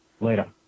Later